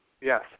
yes